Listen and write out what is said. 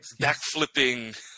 backflipping